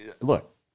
look